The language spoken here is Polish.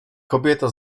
kobieta